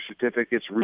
certificates